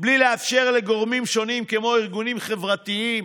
בלי לאפשר לגורמים שונים, כמו גורמים חברתיים,